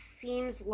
seems